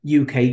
uk